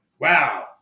wow